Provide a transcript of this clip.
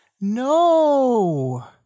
No